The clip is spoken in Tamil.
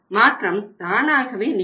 மாற்றம் தானாகவே நிகழும்